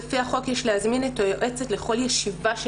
לפי החוק יש להזמין את היועצת לכל ישיבה של